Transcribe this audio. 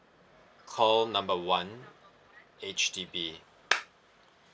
call number one H_D_B